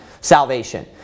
salvation